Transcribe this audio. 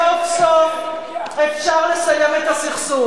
ואז גם תחזור התקווה שסוף-סוף אפשר לסיים את הסכסוך.